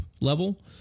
level